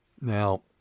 Now